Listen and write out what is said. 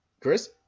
Chris